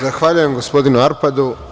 Zahvaljujem gospodinu Arpadu.